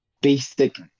basic